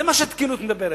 זה מה שהתקינות אומרת,